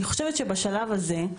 אני חושבת שבשלב הזה,